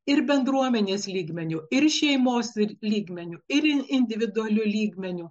ir bendruomenės lygmeniu ir šeimos ir lygmeniu ir individualiu lygmeniu